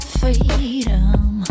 freedom